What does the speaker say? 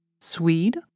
Swede